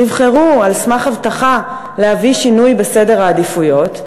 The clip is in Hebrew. נבחרו על סמך הבטחה להביא שינוי בסדר העדיפויות.